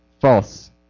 False